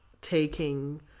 taking